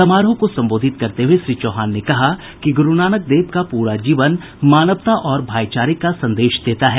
समारोह को संबोधित करते हये श्री चौहान ने कहा कि ग्रूनानक देव का पूरा जीवन मानवता और भाईचारे का संदेश देता है